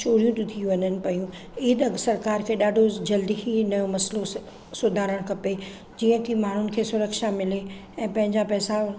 चोरियूं थियूं थी वञनि पियूं ऐं ॾक सरकार खे ॾाढो जल्दी ही न मसलो सुधारण खपे जीअं थी माण्हुनि खे सुरक्षा मिले ऐं पंहिंजा पैसा